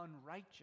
unrighteous